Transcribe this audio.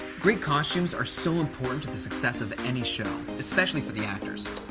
great costumes are so important to the success of any show, especially for the actors.